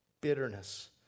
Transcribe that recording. bitterness